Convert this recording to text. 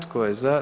Tko je za?